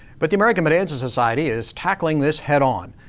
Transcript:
but the american bonanza society is tackling this head on.